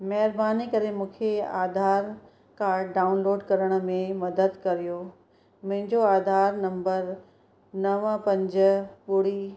महिरबानी करे मूंखे आधार कार्ड डाउनलोड करण में मदद करियो मुंहिंजो आधार नम्बर नवं पंज ॿुड़ी